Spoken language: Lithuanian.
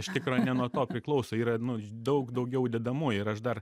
iš tikro ne nuo to priklauso yra nu daug daugiau dedamųjų ir aš dar